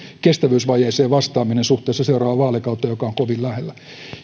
kestävyysvajeeseen vastaaminen suhteessa seuraavaan vaalikauteen joka on kovin lähellä